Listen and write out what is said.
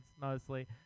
mostly